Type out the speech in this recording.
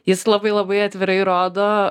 jis labai labai atvirai rodo